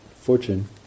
fortune